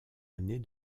année